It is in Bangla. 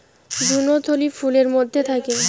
ভ্রূণথলি ফুলের মধ্যে থাকে